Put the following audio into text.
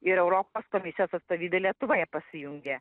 ir europos komisijos atstovybė lietuvoje pasijungė